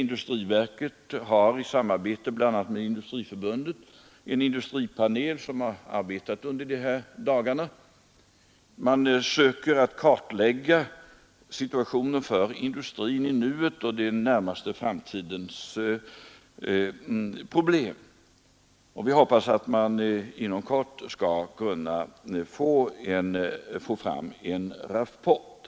Industriverket har i samarbete med bl.a. Industriförbundet en industripanel som har arbetat under de här dagarna. Man söker kartlägga situationen för industrin i nuet och den närmaste framtiden, och jag hoppas att man inom kort skall kunna få fram en rapport.